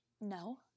No